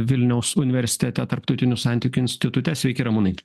vilniaus universitete tarptautinių santykių institute sveiki ramūnai